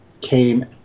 came